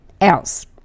else